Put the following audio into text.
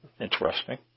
Interesting